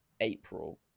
April